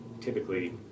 typically